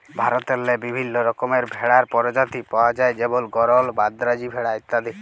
ভারতেল্লে বিভিল্ল্য রকমের ভেড়ার পরজাতি পাউয়া যায় যেমল গরল, মাদ্রাজি ভেড়া ইত্যাদি